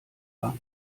bank